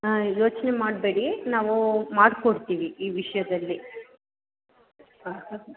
ಹಾಂ ಯೋಚನೆ ಮಾಡಬೇಡಿ ನಾವು ಮಾಡ್ಕೊಡ್ತೀವಿ ಈ ವಿಷಯದಲ್ಲಿ